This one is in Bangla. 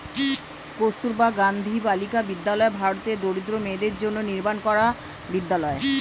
কস্তুরবা গান্ধী বালিকা বিদ্যালয় ভারতের দরিদ্র মেয়েদের জন্য নির্মাণ করা বিদ্যালয়